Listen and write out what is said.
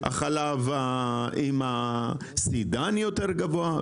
החלב עם הסידן היותר גבוה,